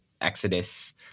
Exodus